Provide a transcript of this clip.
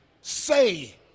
say